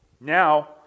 now